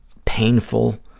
painful,